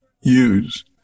use